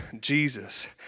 Jesus